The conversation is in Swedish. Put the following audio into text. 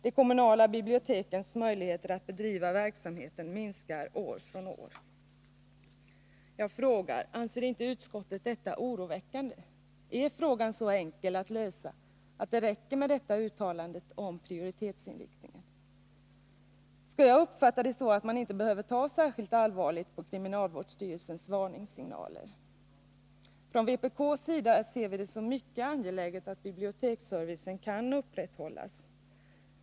De kommunala bibliotekens möjligheter att bedriva verksamheten minskar år från år.” Jag frågar: Anser inte utskottet detta oroväckande? Är frågan så enkel att lösa att det räcker med detta uttalande om prioritetsinriktning? Skall jag uppfatta det så att man inte behöver ta särskilt allvarligt på kriminalvårdsstyrelsens varningssignaler? Från vpk:s sida ser vi det som mycket angeläget att biblioteksservicen kan upprätthållas.